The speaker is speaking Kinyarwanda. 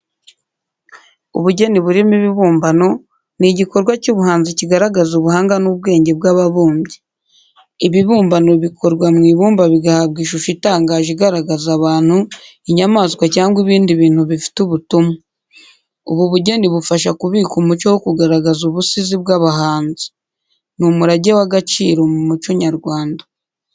Ubugeni burimo ibibumbano ni igikorwa cy’ubuhanzi kigaragaza ubuhanga n’ubwenge by’ababumbyi. Ibibumbano bikorwa mu ibumba bigahabwa ishusho itangaje igaragaza abantu, inyamaswa cyangwa ibindi bintu bifite ubutumwa. Ubu bugeni bufasha kubika umuco no kugaragaza ubusizi bw’abahanzi. Ni umurage w’agaciro ku muco nyarwanda.